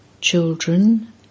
Children